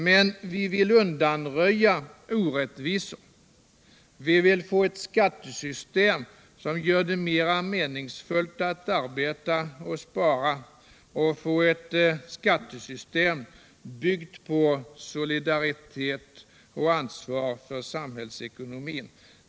Men vi vill undanröja orättvisor. Vi vill få ett skattesystem som gör det mera meningsfullt att arbeta och spara, ett skattesystem byggt på solidaritet och på ansvar för samhällsekonomin.